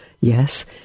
yes